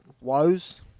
woes